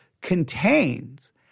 contains